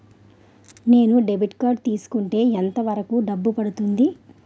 నేను debit card తీసుకుంటే ఎంత వరకు డబ్బు పడుతుంది?